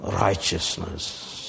righteousness